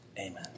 Amen